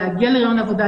להגיע לריאיון עבודה,